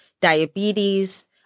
diabetes